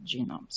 genomes